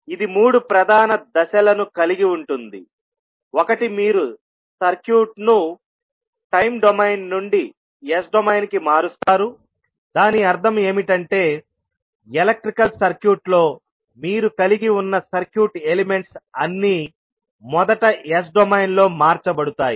ఇది మూడు ప్రధాన దశలను కలిగి ఉంటుందిఒకటి మీరు సర్క్యూట్ను టైమ్ డొమైన్ నుండి S డొమైన్కు మారుస్తారుదాని అర్థం ఏమిటంటే ఎలక్ట్రికల్ సర్క్యూట్లో మీరు కలిగి ఉన్న సర్క్యూట్ ఎలిమెంట్స్ అన్నీ మొదట S డొమైన్ లో మార్చబడతాయి